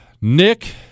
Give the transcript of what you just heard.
Nick